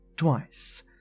twice